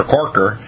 Corker